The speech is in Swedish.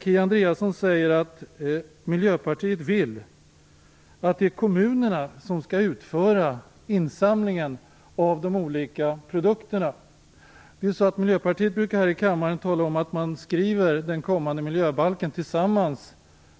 Kia Andreasson säger att Miljöpartiet vill att kommunerna skall utföra insamlingen av produkterna. Miljöpartiet brukar tala om att man skriver den kommande miljöbalken tillsammans